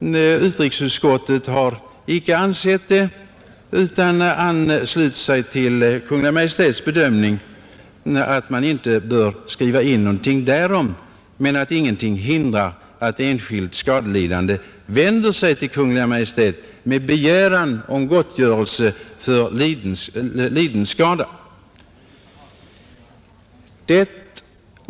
Utrikesutskottet har inte ansett sådant behov föreligga utan anslutit sig till Kungl. Majt:ts bedömning att man inte bör skriva in någonting därom, men att ingenting hindrar att enskild skadelidande vänder sig till Kungl. Maj:t med begäran om gottgörelse för liden skada.